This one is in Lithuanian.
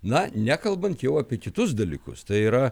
na nekalbant jau apie kitus dalykus tai yra